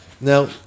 Now